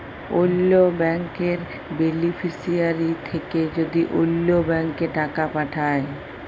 অল্য ব্যাংকের বেলিফিশিয়ারি থ্যাকে যদি অল্য ব্যাংকে টাকা পাঠায়